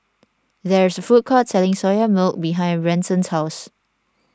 there is a food court selling Soya Milk behind Branson's house